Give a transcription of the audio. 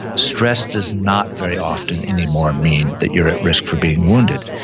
stress does not very often anymore mean that you're at risk for being wounded.